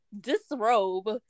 disrobe